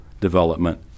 development